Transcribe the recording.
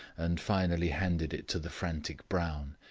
and finally handed it to the frantic brown,